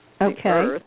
Okay